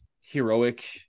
heroic